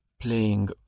playing